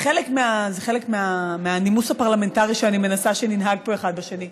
זה חלק מהנימוס הפרלמנטרי שאני מנסה שננהג בו אחד בשני.